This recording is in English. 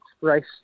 race